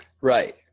right